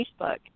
Facebook